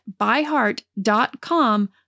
ByHeart.com